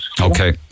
okay